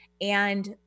and-